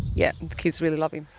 yes, the kids really love him.